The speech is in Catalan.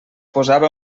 posava